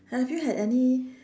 have you had any